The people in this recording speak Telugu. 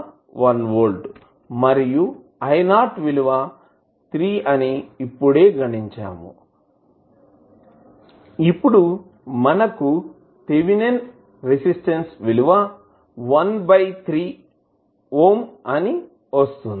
v0 విలువ 1 వోల్ట్ మరియు i0 విలువ 3 అని ఇప్పుడే గణించాము ఇప్పుడు మనకు థేవినిన్ రెసిస్టన్స్ విలువ 13 ఓం అని వస్తుంది